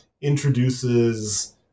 Introduces